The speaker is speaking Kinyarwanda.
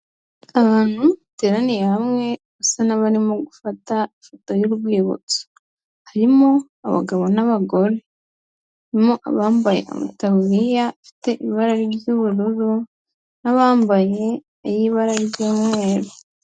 Abantu bateraniye hamwe basa n'abarimo gufata ifoto y'urwibutso, harimo abagabo n'abagore, harimo abambaye amataburiya afite ibara ry'ubururu n'abambaye ay'ibara ry'umweru.